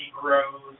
grows